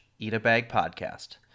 eatabagpodcast